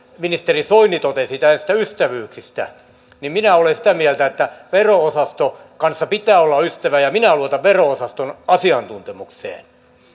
ministeri soini totesi näistä ystävyyksistä olen sitä mieltä että vero osaston kanssa pitää olla ystävä ja minä luotan vero osaston asiantuntemukseen